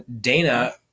Dana